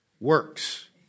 works